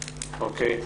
תודה.